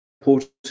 important